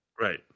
right